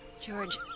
George